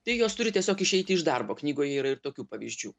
tai jos turi tiesiog išeiti iš darbo knygoje yra ir tokių pavyzdžių